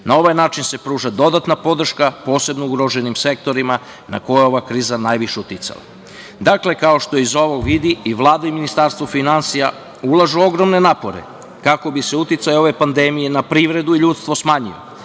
Na ovaj način se pruža dodatna podrška posebno ugroženim sektorima na koje je ova kriza najviše uticala. Dakle, kao što se iz ovog vidi i Vlada i Ministarstvo finansija ulažu ogromne napore kako bi se uticaj ove pandemije na privredu i ljudstvo smanjio,